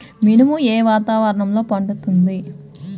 మినుము ఏ వాతావరణంలో పండుతుంది?